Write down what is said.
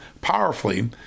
powerfully